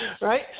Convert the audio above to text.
right